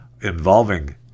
involving